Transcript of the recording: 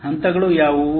ಹಂತಗಳು ಯಾವುವು